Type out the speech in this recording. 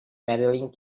medaling